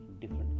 different